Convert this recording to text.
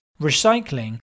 recycling